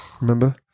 Remember